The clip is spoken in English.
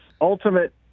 ultimate